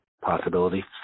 possibility